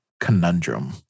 conundrum